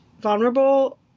vulnerable